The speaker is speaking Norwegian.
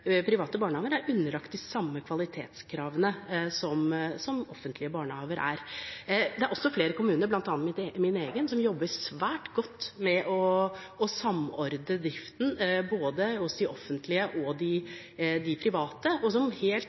private barnehager er underlagt de samme kvalitetskravene som offentlige barnehager. Det er også flere kommuner, bl.a. min egen, som jobber svært godt med å samordne driften, både hos de offentlige og hos de private, og som helt